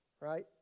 Right